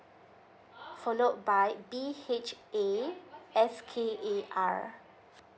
followed by B H A S K A R